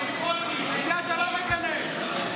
את זה לא מגנה.